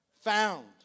found